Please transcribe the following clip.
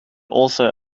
also